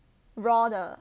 raw 的